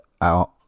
out